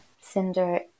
Cinder